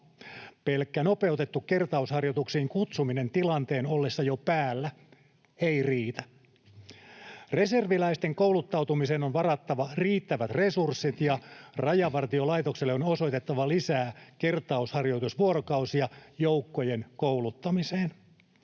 Pelkkä nopeutettu kertausharjoituksiin kutsuminen tilanteen ollessa jo päällä ei riitä. Reserviläisten kouluttautumiseen on varattava riittävät resurssit, ja Rajavartiolaitokselle on osoitettava lisää kertausharjoitusvuorokausia joukkojen kouluttamiseen.